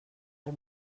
del